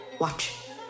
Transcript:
Watch